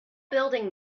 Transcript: building